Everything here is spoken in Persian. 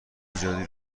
زیادی